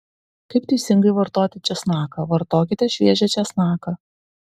kaip teisingai vartoti česnaką vartokite šviežią česnaką